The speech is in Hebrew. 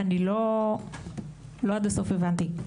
אני לא עד הסוף הבנתי.